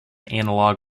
analog